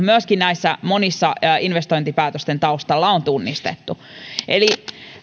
myöskin monien investointipäätösten taustalla niitä on tunnistettu eli